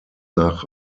nach